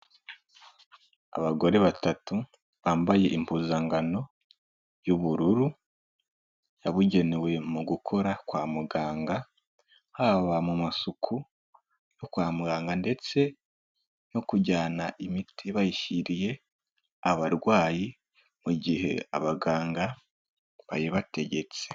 Abagore batatu bambaye impuzangano y'ubururu yabugenewe mu gukora kwa muganga, haba mu masuku yo kwa muganga ndetse no kujyana imiti bayishyiriye abarwayi mu gihe abaganga bayibategetse.